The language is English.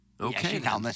Okay